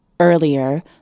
Earlier